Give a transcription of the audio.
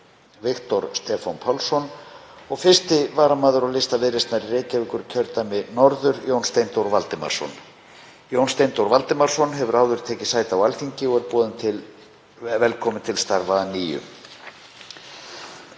Viktor Stefán Pálsson, og 1. varamaður á lista Viðreisnar í Reykjavíkurkjördæmi norður, Jón Steindór Valdimarsson. Jón Steindór Valdimarsson hefur áður tekið sæti á Alþingi og er boðinn velkominn til starfa að nýju.